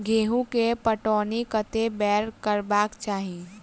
गेंहूँ केँ पटौनी कत्ते बेर करबाक चाहि?